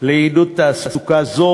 לעידוד תעסוקה זו,